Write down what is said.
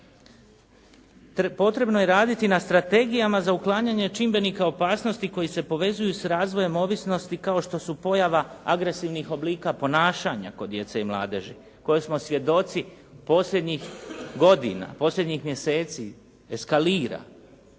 Potrebno je raditi na strategijama za uklanjanje čimbenika opasnosti koji se povezuju s razvojem ovisnosti kao što su pojava agresivnih oblika ponašanja kod djece i mladeži koje smo svjedoci posljednjih godina, posljednjih mjeseci, eskalira.